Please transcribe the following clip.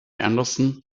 anderson